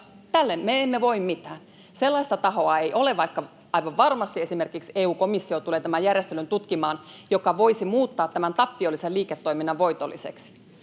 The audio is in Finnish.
tälle me emme voi mitään. Sellaista tahoa ei ole — vaikka aivan varmasti esimerkiksi EU-komissio tulee tämän järjestelyn tutkimaan — joka voisi muuttaa tämän tappiollisen liiketoiminnan voitolliseksi.